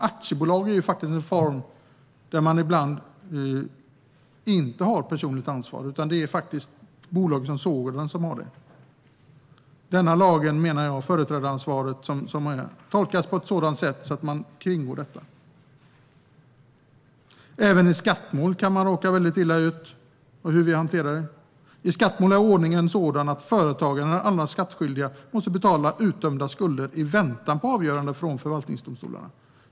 Aktiebolag är faktiskt en form där man ibland inte har personligt ansvar, utan det är bolaget som sådant som har ansvaret. Lagen om företrädaransvar tolkas på ett sådant sätt att detta kringgås. Även i skattemål kan man råka väldigt illa ut på grund av hur vi hanterar detta. I skattemål är ordningen sådan att företagare eller andra skattskyldiga måste betala utdömda skulder i väntan på avgörande från förvaltningsdomstolarna.